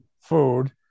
food